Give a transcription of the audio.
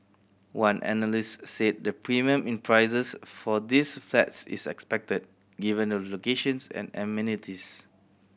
one analyst said the premium in prices for these flats is expected given the locations and amenities